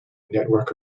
network